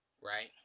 right